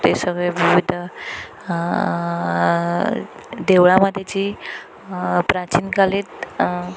ते सगळे विविध देवळामध्ये जी प्राचीनकालीन